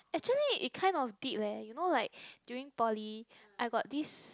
actually it kind of did leh you know like during poly I got this